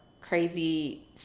crazy